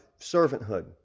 servanthood